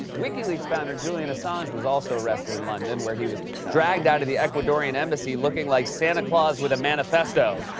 wikileaks founder julian assange was also arrested in london, where he was dragged out of the ecuadorian embassy looking like santa claus with a manifesto.